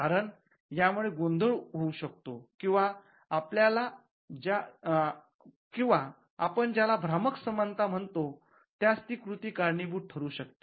कारण यामुळे गोंधळ होऊ शकतो किंवा आपण ज्याला भ्रामक समानता म्हणतो त्यास ती कृती कारणीभूत ठरू शकते